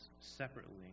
separately